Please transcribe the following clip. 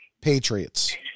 Patriots